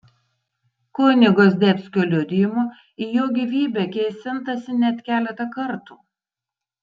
kunigo zdebskio liudijimu į jo gyvybę kėsintasi net keletą kartų